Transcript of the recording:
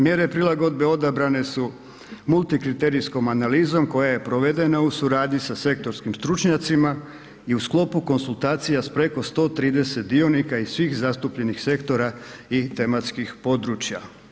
Mjere prilagodbe odabrane su multikriterijskom analizom koja je provedena u suradnji sa sektorskim stručnjacima i u sklopu konzultacija s preko 130 dionika i svih zastupljenih sektora i tematskih područja.